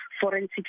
forensic